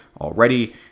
already